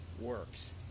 works